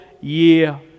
year